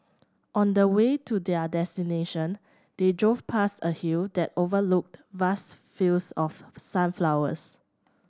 on the way to their destination they drove past a hill that overlooked vast fields of sunflowers